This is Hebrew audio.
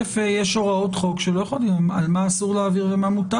הוראות חוק מה מותר להעביר ומה אסור להעביר.